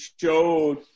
showed